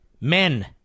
Men